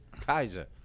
Kaiser